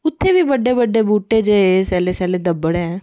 उत्थै बी बडे़ बडे़ बूह्टे ते सैल्ले सैल्ले दब्बड़ जेह् ऐ न